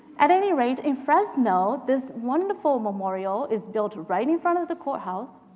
at any rate, in fresno, this wonderful memorial is built right in front of the courthouse.